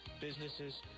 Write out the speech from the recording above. businesses